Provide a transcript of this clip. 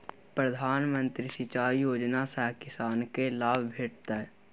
प्रधानमंत्री सिंचाई योजना सँ किसानकेँ लाभ भेटत